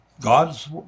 God's